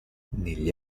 negli